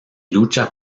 lucha